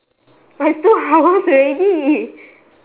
but it's two hours already